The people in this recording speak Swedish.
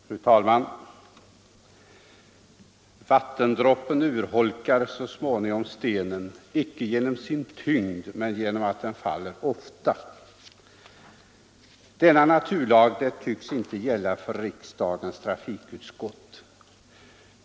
Fru talman! Vattendroppen urholkar så småningom stenen, icke genom sin tyngd men genom att den faller ofta. Denna naturlag tycks inte gälla för riksdagens trafikutskott.